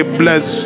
bless